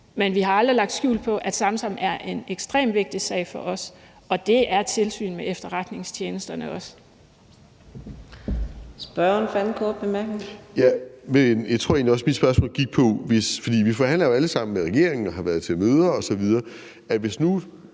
Men vi har aldrig lagt skjul på, at Samsam er en ekstremt vigtig sag for os, og det er tilsynet med efterretningstjenesterne også.